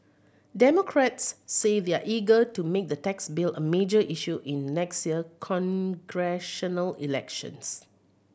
democrats say they're eager to make the tax bill a major issue in next year's congressional elections